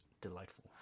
Delightful